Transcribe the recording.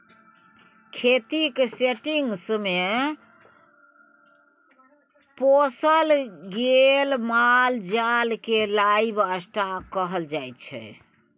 खेतीक सेटिंग्स मे पोसल गेल माल जाल केँ लाइव स्टाँक कहल जाइ छै